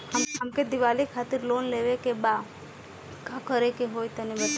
हमके दीवाली खातिर लोन लेवे के बा का करे के होई तनि बताई?